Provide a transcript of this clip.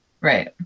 Right